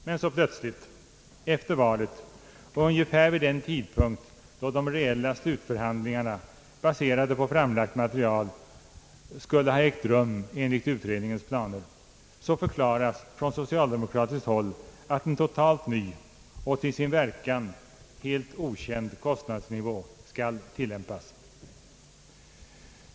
Men plötsligt — efter valet och ungefär vid den tidpunkt när de reella slutförhandlingarna baserade på framlagt material skulle ha ägt rum enligt utredningens planer — förklaras från socialdemokratiskt håll att en totalt ny och till sin verkan helt okänd kostnadsnivå skall tillämpas.